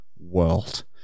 world